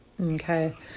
Okay